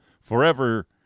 forever